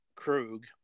Krug